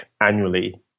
annually